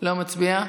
לא מצביע.